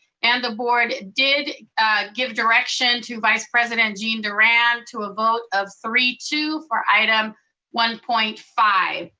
and the board did give direction to vice president gene durand to a vote of three-two for item one point five.